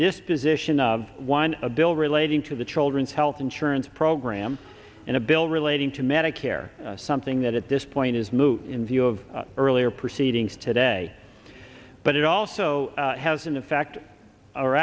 disposition of one a bill relating to the children's health insurance program and a bill relating to medicare something that at this point is moot in view of earlier proceedings today but it also has a in fact